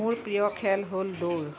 মোৰ প্ৰিয় খেল হ'ল দৌৰ